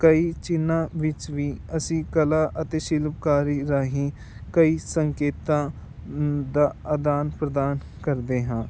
ਕਈ ਚਿੰਨ੍ਹਾਂ ਵਿੱਚ ਵੀ ਅਸੀਂ ਕਲਾ ਅਤੇ ਸ਼ਿਲਪਕਾਰੀ ਰਾਹੀਂ ਕਈ ਸੰਕੇਤਾਂ ਦਾ ਆਦਾਨ ਪ੍ਰਦਾਨ ਕਰਦੇ ਹਾਂ